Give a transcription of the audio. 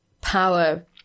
power